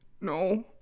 no